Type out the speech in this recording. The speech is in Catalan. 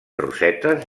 rosetes